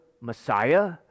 Messiah